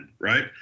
right